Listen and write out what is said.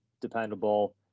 dependable